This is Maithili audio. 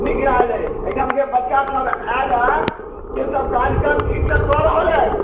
नीक लागल अइ एहिठाम जे बच्चा सभ आयल अऽ से सभ कार्यक्रम ठीकसँ कऽ रहल अइ